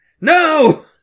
No